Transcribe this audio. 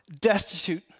destitute